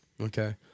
Okay